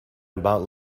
about